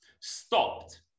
stopped